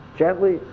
gently